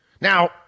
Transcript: Now